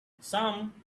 some